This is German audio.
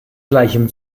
gleichem